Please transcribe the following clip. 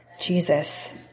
Jesus